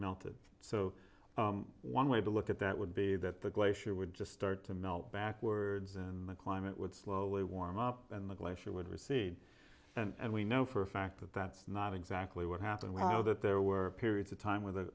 melted so one way to look at that would be that the glacier would just start to melt backwards and the climate would slowly warm up and the glacier would recede and we know for a fact that that's not exactly what happened wow that there were periods of time w